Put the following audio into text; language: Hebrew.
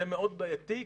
זה מאוד בעייתי.